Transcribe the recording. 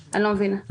מבינה.